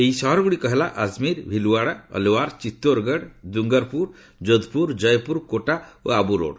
ଏହି ସହରଗୁଡ଼ିକ ହେଲା ଆଜମୀର ଭିଲ୍ରଆଡ଼ା ଅଲୱାର ଚିତ୍ତୋରଗଡ଼ ଦୁଙ୍ଗରପୁର ଯୋଧପୁର କୋଟା ଓ ଅବୁରୋଡ